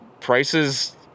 prices